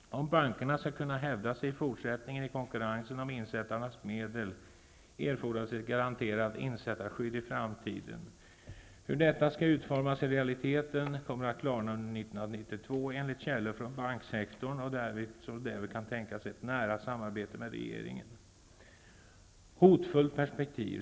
Om bankerna skall kunna hävda sig i fortsättningen i konkurrensen om insättarnas medel erfordras ett garanterat insättarskydd i framtiden. Hur detta skall utformas i realiteten kommer att klarna under 1992 enligt källor från banksektorn, som därvid kan tänka sig ett nära samarbete med regeringen. Jag vill visa på ett hotfullt perspektiv.